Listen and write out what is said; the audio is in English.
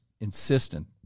insistent